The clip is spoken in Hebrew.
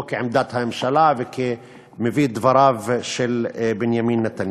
לא כעמדת הממשלה וכמביא דבריו של בנימין נתניהו.